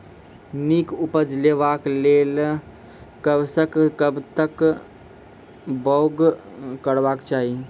नीक उपज लेवाक लेल कबसअ कब तक बौग करबाक चाही?